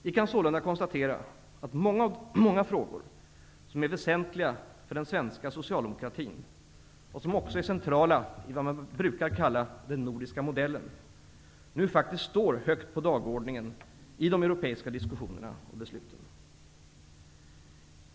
Vi kan sålunda konstatera att många frågor, som är väsentliga för den svenska socialdemokratin och som också är centrala i vad man brukar kalla den nordiska modellen, nu faktiskt står högt på dagordningen i de europeiska diskussionerna och besluten.